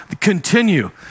continue